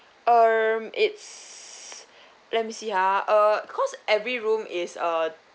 um it's let me see ah uh cause every room is uh